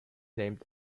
named